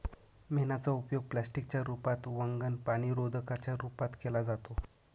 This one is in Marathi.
मेणाचा उपयोग प्लास्टिक च्या रूपात, वंगण, पाणीरोधका च्या रूपात केला जातो